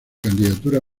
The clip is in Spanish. candidatura